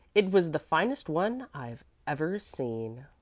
it was the finest one i've ever seen.